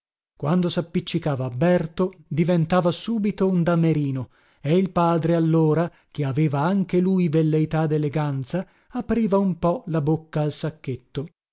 me quando sappiccicava a berto diventava subito un damerino e il padre allora che aveva anche lui velleità deleganza apriva un po la bocca al sacchetto